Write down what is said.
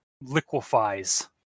liquefies